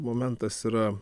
momentas yra